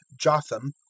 Jotham